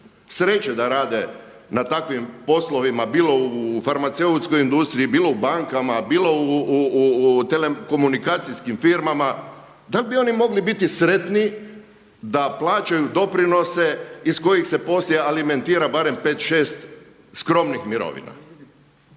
sreće da rade na takvim poslovima bilo u farmaceutskoj industriji, bilo u bankama, bilo u telekomunikacijskim firmama da li bi oni mogli biti sretniji da plaćaju doprinose iz kojih se poslije alimentira barem 5, 6 skromnih mirovina?